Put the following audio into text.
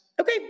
okay